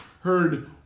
heard